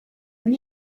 when